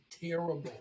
Terrible